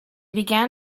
began